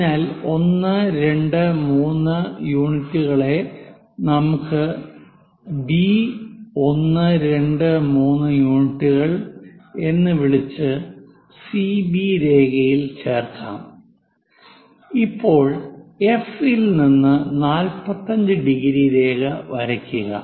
അതിനാൽ 1 2 3 യൂണിറ്റുകളെ നമുക്ക് ബി 1 2 3 യൂണിറ്റുകൾ എന്ന് വിളിച്ച് സിബി രേഖയിൽ ചേർക്കാം ഇപ്പോൾ എഫ് ഇൽ നിന്ന് 45° രേഖ വരയ്ക്കുക